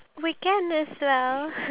ya true